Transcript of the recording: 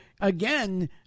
again